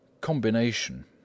Combination